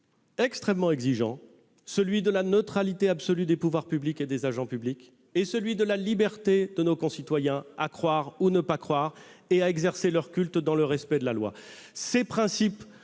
extrêmement exigeants, celui de la neutralité absolue des pouvoirs publics et des agents publics et celui de la liberté de nos concitoyens à croire ou à ne pas croire et à exercer leur culte dans le respect de la loi. Ces principes